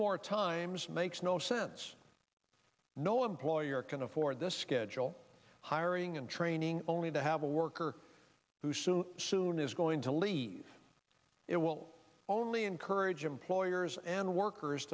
more times makes no sense no employer can afford this schedule hiring and training only to have a worker who soon soon is going to leave it will only encourage employers and workers